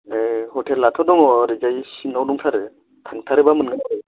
ए हटेलाथ' दङ ओरैजाय सिङाव दंथारो थांथारोबा मोनगोन आरो